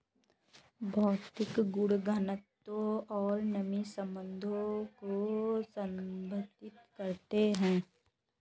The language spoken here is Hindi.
भौतिक गुण घनत्व और नमी संबंधों को संदर्भित करते हैं